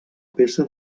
peça